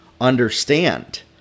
understand